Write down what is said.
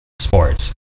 sports